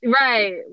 Right